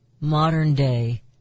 modern-day